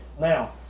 now